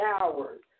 hours